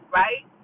right